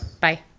Bye